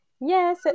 Yes